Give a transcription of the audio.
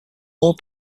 all